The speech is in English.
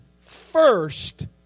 first